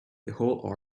whole